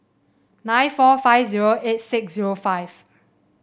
nine four five zero eight six zerofive